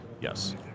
Yes